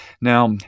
Now